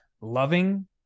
loving